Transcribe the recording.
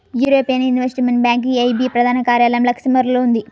European investment bank EIB ప్రధాన కార్యాలయం లక్సెంబర్గ్లో ఉంది